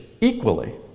equally